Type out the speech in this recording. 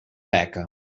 beca